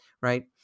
right